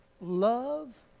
love